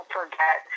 forget